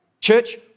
Church